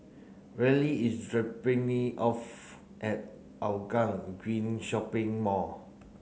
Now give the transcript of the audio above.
Reilly is dropping me off at Hougang Green Shopping Mall